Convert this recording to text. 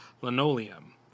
linoleum